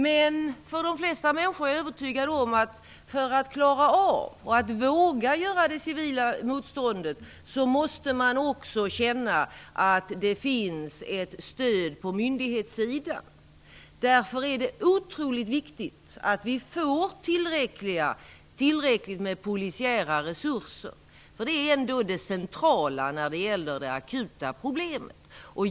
Men för de flesta människor gäller, det är jag övertygad om, att om de skall klara av och våga göra detta civila motstånd måste de också känna att det finns ett stöd på myndighetssidan. Därför är det otroligt viktigt att vi får tillräckliga polisiära resurser, för det är ändå det centrala när det gäller det akuta problemet.